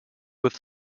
with